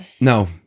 No